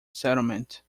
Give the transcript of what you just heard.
settlement